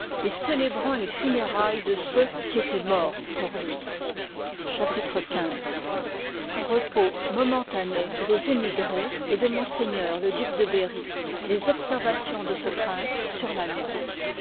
et célébrant les funérailles de ceux qui étoient anorts pour lui i part liv ï chapitre xvèêpos momentané des émigrés et de m le duc de bervy les observations de ce prince sur l'allemagne